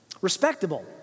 Respectable